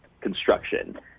construction